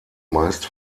meist